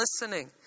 listening